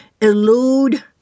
elude